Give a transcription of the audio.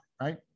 right